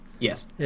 Yes